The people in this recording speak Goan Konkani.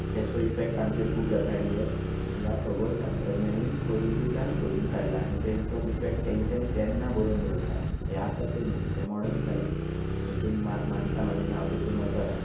तेंचो इफेक्ट आमचेर खूब जाता आनी हे ह्या खगोलशास्त्रज्ञनांनी पयलीच्यान सोदून काडला आनी तेंचो इफेक्ट तांणी तेन्ना बरोवन दवरला हें आतांचे न्हू हें मॉर्डन सायंस हेतून मानता मानिना हांव तितून वचना